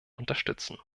unterstützen